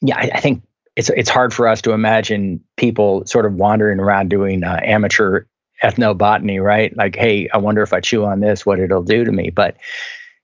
yeah, i think it's it's hard for us to imagine people sort of wandering around doing amateur ethnobotany, right? like, hey, i wonder if i chew on this, what it'll do to me. but